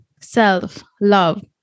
self-love